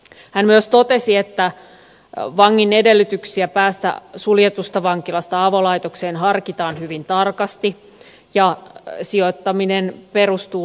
hän myös totesi että vangin edellytyksiä päästä suljetusta vankilasta avolaitokseen harkitaan hyvin tarkasti ja sijoittaminen perustuu luottamukseen